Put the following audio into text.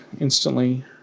instantly